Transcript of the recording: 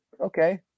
Okay